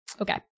Okay